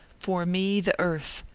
for me, the earth,